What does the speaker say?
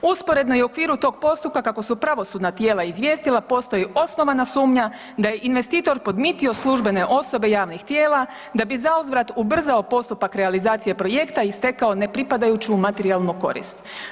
Usporedno je u okviru tog postupka kako su pravosudna tijela izvijestila postoji osnovana sumnja da je investitor podmitio službene osobe javnih tijela da bi zauzvrat ubrzao postupak realizacije projekta i stekao ne pripadajuću materijalnu korist.